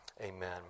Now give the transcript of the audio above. Amen